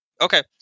Okay